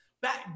back